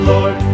Lord